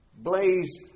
blaze